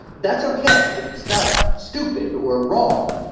that's okay, it's not stupid or wrong,